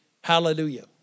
Hallelujah